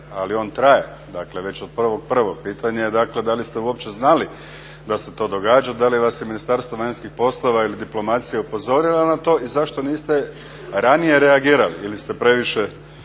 ali on traje, dakle već od 1.1. Pitanje je, dakle, da li ste uopće znali da se to događa, da li vas je Ministarstvo vanjskih poslova ili diplomacija upozorila na to i zašto niste ranije reagirali. Ili ste previše